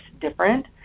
different